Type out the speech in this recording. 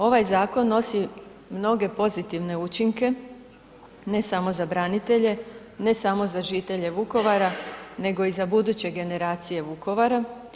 Ovaj zakon nosi mnoge pozitivne učinke, ne samo za branitelje, ne samo za žitelje Vukovara nego i za buduće generacije Vukovara.